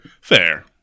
fair